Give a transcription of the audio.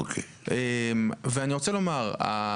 אני רוצה לומר,